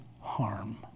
harm